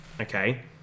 Okay